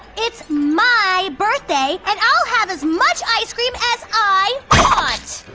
it's my birthday and i'll have as much ice cream as i want.